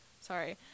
Sorry